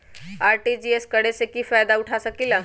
RTGS करे से की फायदा उठा सकीला?